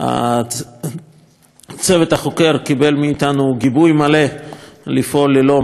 הצוות החוקר קיבל מאתנו גיבוי מלא לפעול ללא מורא ופחד,